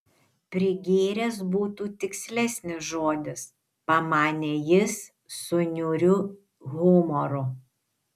prigėręs būtų tikslesnis žodis pamanė jis su niūriu humoru